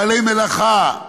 בעלי מלאכה,